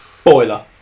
Spoiler